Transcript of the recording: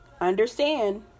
understand